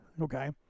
okay